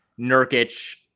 Nurkic